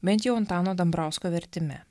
bent jau antano dambrausko vertime